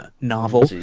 novel